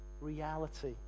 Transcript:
reality